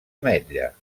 ametlla